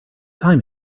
time